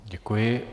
Děkuji.